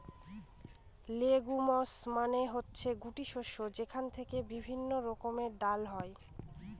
legumes মানে হচ্ছে গুটি শস্য যেখান থেকে বিভিন্ন রকমের ডাল হয়